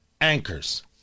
anchors